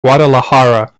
guadalajara